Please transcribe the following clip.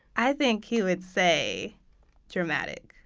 i think he would say dramatic.